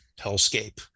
hellscape